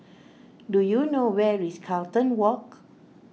do you know where is Carlton Walk